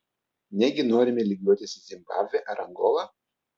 negi norime lygiuotis į zimbabvę ar angolą